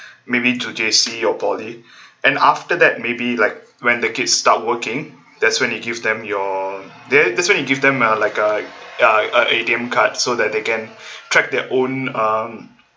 maybe to J_C or poly and after that maybe like when the kids start working that's when you give them your that's that's when you give them uh like uh uh a A_T_M card so that they can track their own um